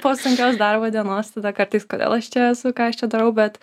po sunkios darbo dienos tada kartais kodėl aš čia esu ką aš čia darau bet